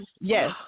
yes